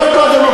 זאת לא דמוקרטיה.